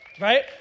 right